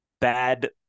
bad